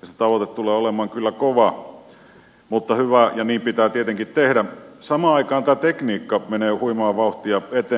ja se tavoite tulee olemaan kyllä kova mutta hyvä ja niin pitää tietenkin tehdä samaan aikaan tämä tekniikka menee huimaa vauhtia eteenpäin